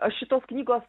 aš šitos knygos